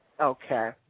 Okay